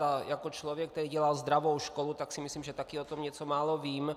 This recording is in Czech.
A jako člověk, který dělal zdravou školu, si myslím, že o tom něco málo vím.